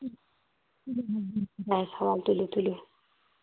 خۄدایس حوالہٕ تُلیوتُلیو